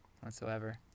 whatsoever